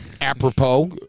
apropos